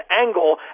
angle